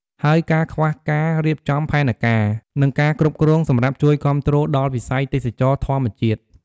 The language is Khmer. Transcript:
ហើយការខ្វះការរៀបចំផែនការ និងការគ្រប់គ្រងសម្រាប់ជួយគាំទ្រដល់វិស័យទេសចរណ៍ធម្មជាតិ ។